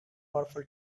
powerful